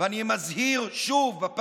ואני מזהיר שוב,